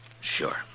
Sure